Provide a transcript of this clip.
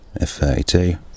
f32